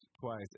twice